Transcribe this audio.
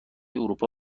اروپا